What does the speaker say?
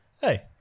Hey